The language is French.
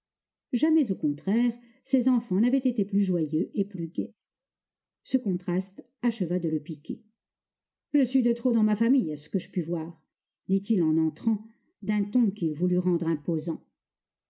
jamais au contraire ses enfants n'avaient été plus joyeux et plus gais ce contraste acheva de le piquer je suis de trop dans ma famille à ce que je puis voir dit-il en entrant d'un ton qu'il voulut rendre imposant